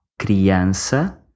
criança